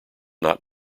not